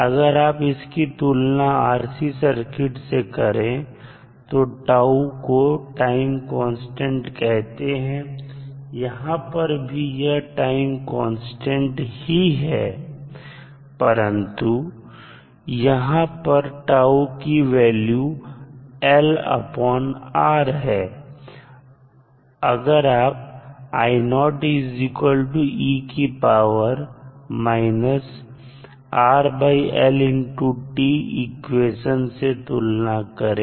अगर आप इसकी तुलना RC सर्किट से करें तो 𝛕 को टाइम कांस्टेंट कहते हैं यहां पर भी यह टाइम कांस्टेंट ही है परंतु यहां पर 𝛕 वैल्यू LR है अगर आप इक्वेशन से तुलना करें